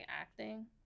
acting